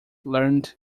learned